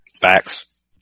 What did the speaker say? Facts